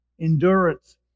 endurance